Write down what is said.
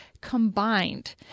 combined